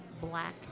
black